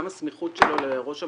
גם הסמיכות שלו לראש הממשלה,